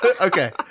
Okay